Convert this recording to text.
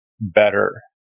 better